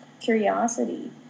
curiosity